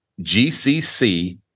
GCC